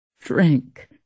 drink